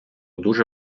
дуже